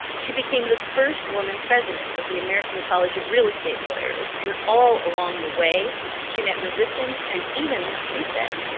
she became the first woman president of the american college of real estate lawyers, and all along the way she met resistance and even, she said,